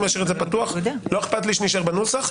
להשאיר את זה פתוח לא אכפת לי שנישאר בנוסח.